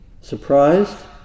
surprised